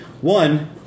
one